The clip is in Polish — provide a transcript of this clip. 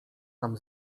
tam